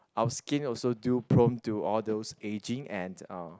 our skin also do prone to all those aging and uh